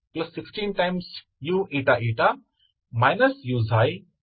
तो आप यह सब uxxuxyuyyuxuy और के संदर्भ में जानते हैं और केवल इसे समीकरण में डालते हैं